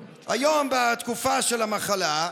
היום, בתקופה של המחלה,